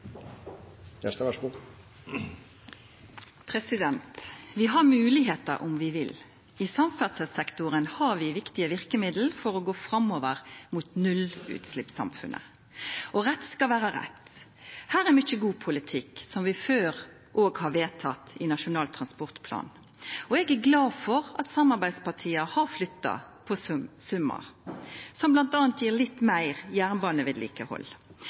Vi har moglegheiter om vi vil. I samferdselssektoren har vi viktige verkemiddel for å gå framover mot nullutsleppssamfunnet. Rett skal vera rett: Her er det mykje god politikk som vi før òg har vedtatt i Nasjonal transportplan. Eg er glad for at samarbeidspartia har flytta på summar, som bl.a. gir litt meir